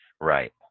Right